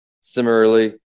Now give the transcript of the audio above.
Similarly